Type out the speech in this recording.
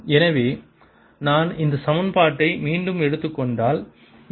எனவே நான் இந்த சமன்பாட்டை மீண்டும் எடுத்துக் கொண்டால் ஈ